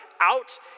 out